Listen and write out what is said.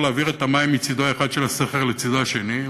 להעביר את המים מצדו האחד של הסכר לצדו השני,